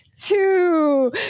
two